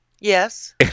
yes